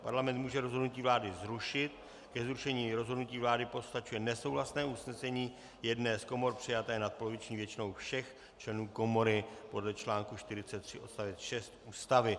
Parlament může rozhodnutí vlády zrušit, ke zrušení rozhodnutí vlády postačuje nesouhlasné usnesení jedné z komor přijaté nadpoloviční většinou všech členů komory podle článku 43 odst. 6 Ústavy.